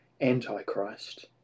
Antichrist